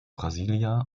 brasília